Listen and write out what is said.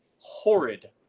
horrid